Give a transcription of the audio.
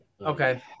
Okay